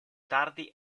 tardi